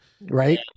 right